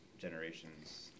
generations